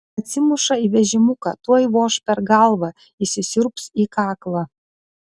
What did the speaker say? atsimuša į vežimuką tuoj voš per galvą įsisiurbs į kaklą